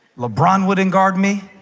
lebron wouldn't guard me.